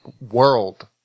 world